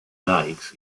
dykes